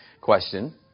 Question